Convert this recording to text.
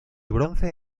bronce